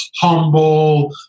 humble